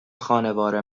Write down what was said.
خانوار